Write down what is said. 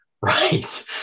right